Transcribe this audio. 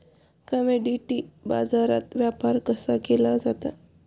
Commodity बाजारात व्यापार कसा केला जातो?